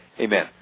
Amen